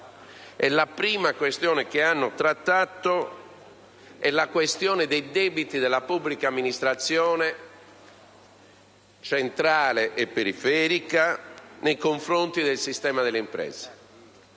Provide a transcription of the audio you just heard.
la prima questione trattata è stata quella dei debiti della pubblica amministrazione, centrale e periferica, nei confronti del sistema delle imprese.